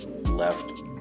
left